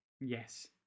Yes